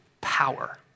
power